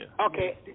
Okay